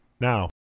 now